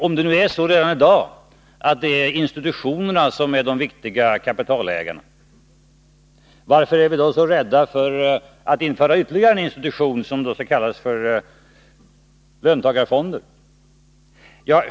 Om det redan i dag är institutionerna som är de viktiga kapitalägarna, varför är vi då så rädda för att införa ytterligare en institution som skall kallas löntagarfonder, undrar Jörn Svensson.